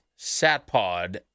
Satpod